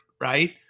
right